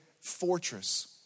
fortress